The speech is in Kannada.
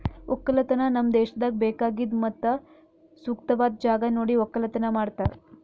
ಒಕ್ಕಲತನ ನಮ್ ದೇಶದಾಗ್ ಬೇಕಾಗಿದ್ ಮತ್ತ ಸೂಕ್ತವಾದ್ ಜಾಗ ನೋಡಿ ಒಕ್ಕಲತನ ಮಾಡ್ತಾರ್